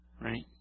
Right